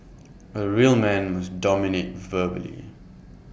A real man must dominate verbally